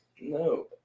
No